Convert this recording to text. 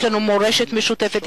יש לנו מורשת משותפת,